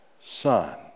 son